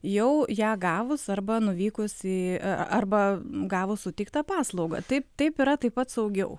jau ją gavus arba nuvykus į arba gavus suteiktą paslaugą taip taip yra taip pat saugiau